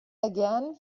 again